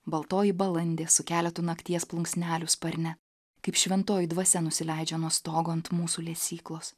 baltoji balandė su keletu nakties plunksnelių sparne kaip šventoji dvasia nusileidžia nuo stogo ant mūsų lesyklos